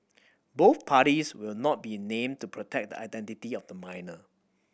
both parties will not be named to protect the identity of the minor